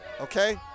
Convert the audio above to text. okay